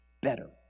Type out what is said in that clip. better